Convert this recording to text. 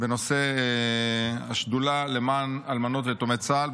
בנושא השדולה למען אלמנות ויתומי צה"ל,